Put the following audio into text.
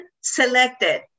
selected